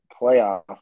playoff